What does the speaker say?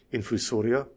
Infusoria